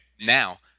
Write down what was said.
Now